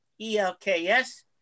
E-L-K-S